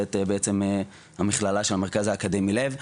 נמצאת בעצם המכללה של המרכז האקדמי לב.